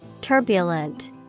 Turbulent